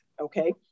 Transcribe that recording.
okay